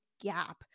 gap